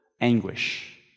anguish